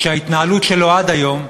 שההתנהלות שלו עד היום,